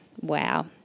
wow